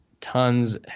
tons